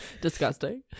Disgusting